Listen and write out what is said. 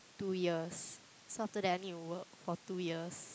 two years so after that I need to work for two years